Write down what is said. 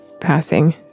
passing